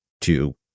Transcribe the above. two